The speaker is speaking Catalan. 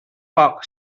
poc